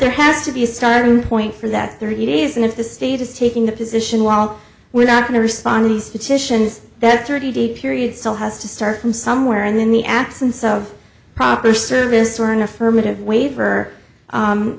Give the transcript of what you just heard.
there has to be a starting point for that there it is and if the state is taking the position while we're not going to respond to these petitions that thirty day period still has to start from somewhere in the absence of proper service or an affirmative waiver